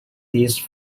these